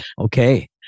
Okay